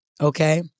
okay